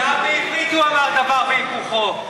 גם בעברית הוא אמר דבר והיפוכו.